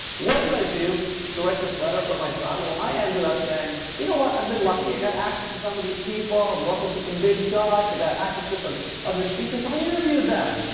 what did i do to write this letter for my son? well, i ended up saying, you know what? i've been lucky. i've got access to some of these people working for some big shots. i got access to some other speakers. i interviewed them.